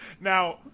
Now